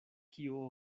kio